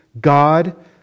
God